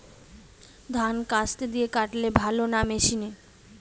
ধান কাস্তে দিয়ে কাটলে ভালো না মেশিনে?